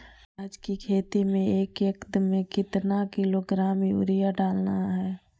प्याज की खेती में एक एकद में कितना किलोग्राम यूरिया डालना है?